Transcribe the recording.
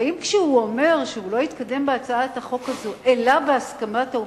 האם כשהוא אומר שהוא לא יתקדם בהצעת החוק הזאת אלא בהסכמת האופוזיציה,